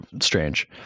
strange